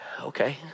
Okay